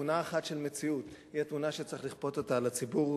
תמונה אחת של מציאות היא התמונה שצריך לכפות על הציבור,